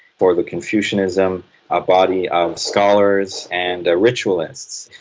for the confucianism a body of scholars and ah ritualists.